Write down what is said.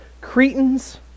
Cretans